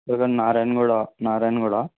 లేదండి నారాయణగూడ నారాయణగూడ